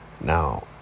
Now